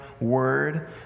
word